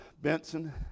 Benson